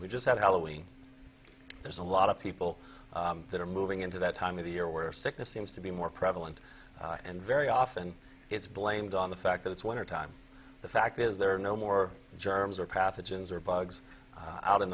we just had halloween there's a lot of people that are moving into that time of the year where sickness seems to be more prevalent and very often it's blamed on the fact that it's winter time the fact is there are no more germs or pathogens or bugs out in